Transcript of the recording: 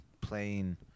playing